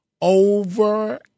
over